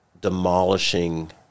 demolishing